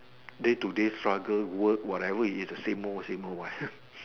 day to day struggle work whatever it is the same old same old one ha